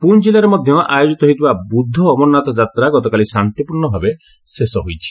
ପୁଞ୍ ଜିଲ୍ଲାରେ ମଧ୍ୟ ଆୟୋଜିତ ହେଉଥିବା ବୁଦ୍ଧ ଅମରନାଥ ଯାତ୍ରା ଗତକାଲି ଶାନ୍ତିପୂର୍ଣ୍ଣଭାବେ ଶେଷ ହୋଇଛି